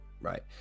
Right